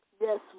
Yes